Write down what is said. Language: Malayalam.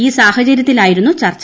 ഈ സാഹചര്യത്തിലായിരുന്നു ചർച്ച